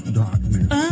darkness